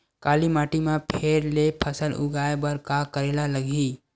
काली माटी म फेर ले फसल उगाए बर का करेला लगही?